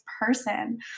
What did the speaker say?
person